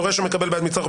דורש ומקבל בעד מצרך,